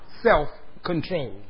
self-control